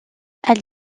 elle